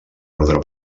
ordre